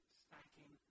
stacking